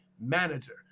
manager